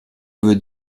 veut